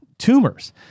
Tumors